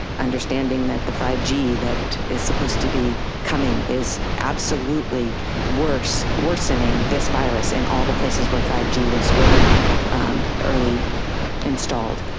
understanding that the five g that is supposed to be coming is absolutely worsening worsening this virus in all the places where five g was early early installed.